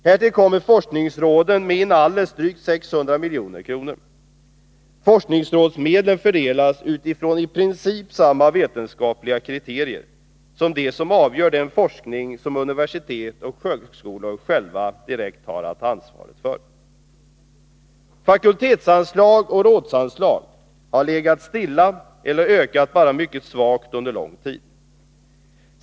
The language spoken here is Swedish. Härtill kommer forskningsråden, med inalles drygt 600 milj.kr. Forskningsrådsmedlen fördelas utifrån i princip samma vetenskapliga kriterier som de som avgör den forskning som universitet och högskolor själva direkt har att ta ansvaret för. Fakultetsanslag och rådsanslag har legat stilla eller ökat bara mycket svagt under lång tid.